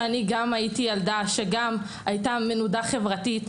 בטח שגם אני הייתי ילדה מנודה חברתית.